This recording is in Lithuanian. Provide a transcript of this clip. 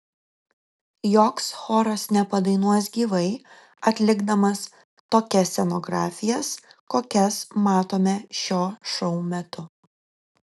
joks choras nepadainuos gyvai atlikdamas tokias scenografijas kokias matome šio šou metu